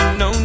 no